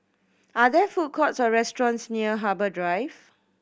are there food courts or restaurants near Harbour Drive